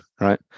right